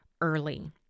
early